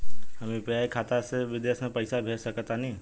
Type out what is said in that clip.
हम यू.पी.आई खाता से विदेश म पइसा भेज सक तानि?